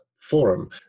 forum